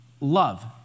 love